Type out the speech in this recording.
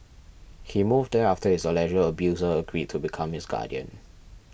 he moved there after his alleged abuser agreed to become his guardian